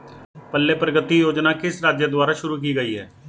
पल्ले प्रगति योजना किस राज्य द्वारा शुरू की गई है?